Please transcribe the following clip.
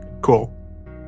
Cool